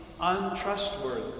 untrustworthy